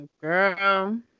girl